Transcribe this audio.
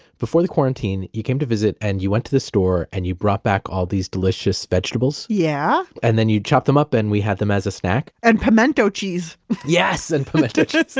before the quarantine, you came to visit and you went to the store and you brought back all these delicious vegetables yeah and then you just chopped them up and we had them as a snack? and pimento cheese yes, and pimento cheese.